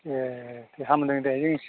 एह दे हामदों दे